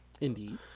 Indeed